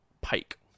Pike